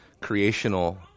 Creational